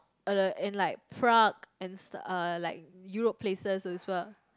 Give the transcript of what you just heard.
uh and like Prague and st~ uh like Europe places as well